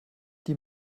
die